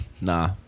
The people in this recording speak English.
Nah